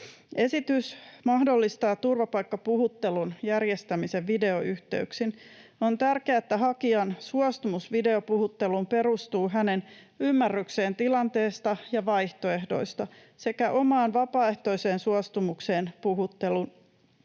Esitys mahdollistaa turvapaikkapuhuttelun järjestämisen videoyhteyksin. On tärkeää, että hakijan suostumus videopuhutteluun perustuu hänen ymmärrykseensä tilanteesta ja vaihtoehdoista sekä omaan vapaaehtoiseen suostumukseen. Puhuttelu